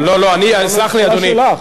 תודה רבה לך, חבר הכנסת אגבאריה.